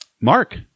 Mark